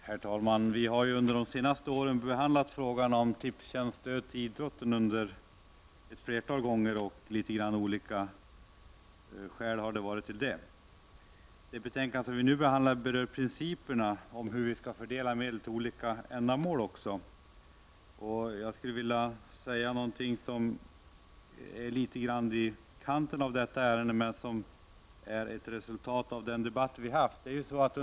Herr talman! Vi har under de senaste åren behandlat frågan om Tipstjänsts stöd till idrotten ett flertal gånger. Det har varit olika skäl till det. Det betänkande som vi nu behandlar rör principerna om hur vi skall fördela medel till olika ändamål. Jag skulle vilja ta upp en fråga som är litet grand i kanten av detta ärende men som är ett resultat av den debatt som har varit.